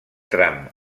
tram